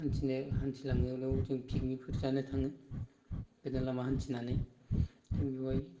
हान्थिनाय हान्थिलांनायाव जों पिकनिकफोर जानो थाङो गोजान लामा हान्थिनानै जों बेवहाय